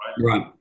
Right